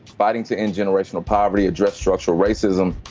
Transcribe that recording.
fighting to end generational poverty, address structural racism.